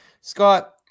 scott